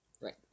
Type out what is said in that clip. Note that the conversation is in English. right